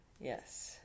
yes